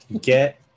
Get